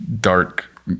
dark